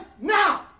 now